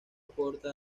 aporta